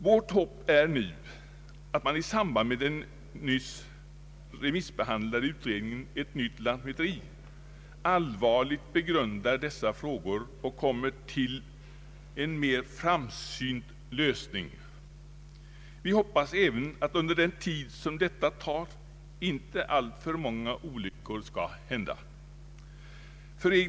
Vårt hopp nu är att man i samband med den nyss remissbehandlade utredningen ”Ett nytt lantmäteri” allvarligt begrundar dessa frågor och kommer till en mer framsynt lösning. Vi hoppas också att inte alltför många olyckor skall hända under tiden.